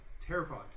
terrified